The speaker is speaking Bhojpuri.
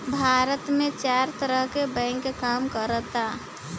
भारत में चार तरह के बैंक काम करऽता